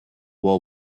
war